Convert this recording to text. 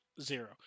zero